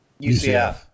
UCF